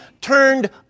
turned